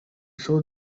saw